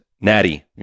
natty